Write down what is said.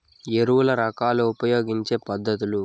ఎరువుల రకాలు ఉపయోగించే పద్ధతులు?